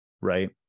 Right